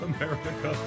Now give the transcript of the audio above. America